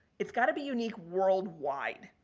it's got to be unique worldwide.